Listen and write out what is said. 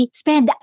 spend